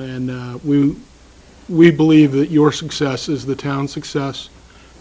and we believe that your success is the town success